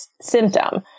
symptom